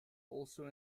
also